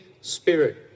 spirit